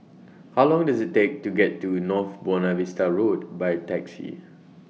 How Long Does IT Take to get to North Buona Vista Road By Taxi